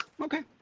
okay